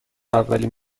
اولین